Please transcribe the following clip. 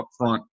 upfront